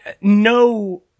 no